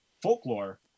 folklore